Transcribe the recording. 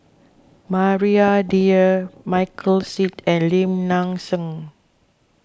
Maria Dyer Michael Seet and Lim Nang Seng